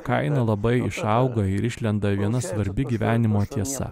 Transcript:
kaina labai išaugo ir išlenda viena svarbi gyvenimo tiesa